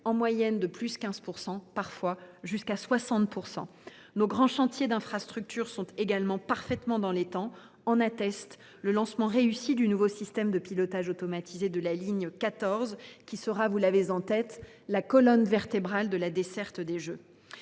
en moyenne, de 15 % et, si nécessaire, jusqu’à 60 %. Nos grands chantiers d’infrastructures sont également parfaitement dans les temps, comme en atteste le lancement réussi du nouveau système de pilotage automatisé de la ligne 14, qui sera la colonne vertébrale de la desserte des jeux.